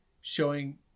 showing